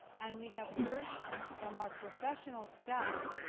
and we have heard from our professional staff,